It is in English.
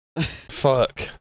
Fuck